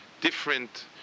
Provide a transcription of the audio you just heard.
different